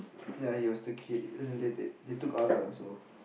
ya it was the kid as in they they they took us lah so